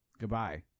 goodbye